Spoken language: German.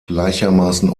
gleichermaßen